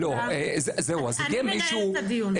אני מנהלת את הדיון.